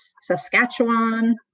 Saskatchewan